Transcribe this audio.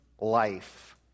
life